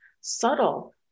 subtle